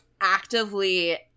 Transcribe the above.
actively